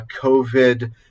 COVID